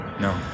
No